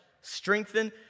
strengthen